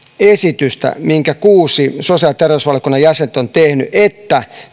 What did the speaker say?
esitystä minkä kuusi sosiaali ja terveysvaliokunnan jäsentä on tehnyt että